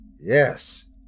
Yes